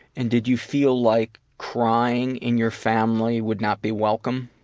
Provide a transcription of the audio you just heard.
and did you feel like crying in your family would not be welcome?